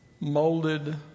molded